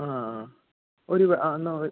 ആ ആ ഒരു എന്നാൽ ഒരു